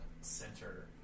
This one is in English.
center